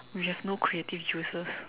we have no creative juices